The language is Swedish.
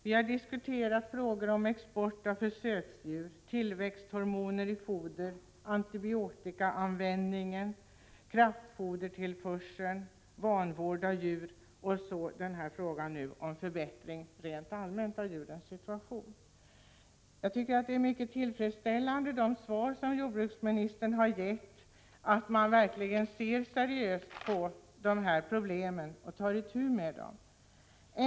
Vi har diskuterat frågor om export av försöksdjur, tillväxthormoner i foder, antibiotikaanvändningen, kraftfodertillförseln och vanvård av djur. Och den fråga som vi nu behandlar rör förbättring rent allmänt av djurens situation. De svar som jordbruksministern har gett är mycket tillfredsställande. Regeringen ser verkligen seriöst på problemen och tar itu med dem.